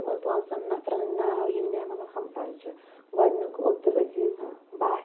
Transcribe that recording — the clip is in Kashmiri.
تِمن پانٛژن نفرن ہُنٛد ناو یِم مےٚ مطلب ہمساے چھِ گۄڈنیُک عبدُل عٔزیز بٹ